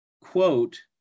Quote